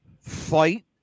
fight